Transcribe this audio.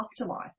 afterlife